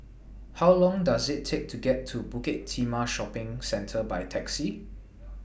How Long Does IT Take to get to Bukit Timah Shopping Centre By Taxi